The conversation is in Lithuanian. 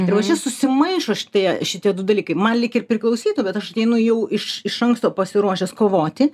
ir va čia susimaišo šitie šitie du dalykai man lyg ir priklausytų bet aš ateinu jau iš iš anksto pasiruošęs kovoti